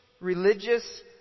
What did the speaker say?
religious